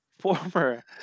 Former